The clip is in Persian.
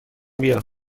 بیا